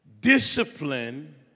Discipline